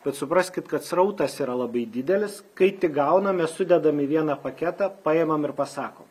bet supraskit kad srautas yra labai didelis kai tik gaunam mes sudedam į vieną paketą paimam ir pasakom